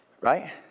Right